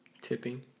Tipping